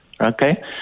okay